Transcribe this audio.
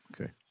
Okay